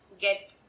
get